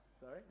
Sorry